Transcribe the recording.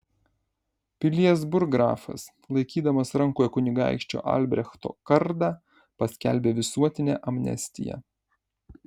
pilies burggrafas laikydamas rankoje kunigaikščio albrechto kardą paskelbė visuotinę amnestiją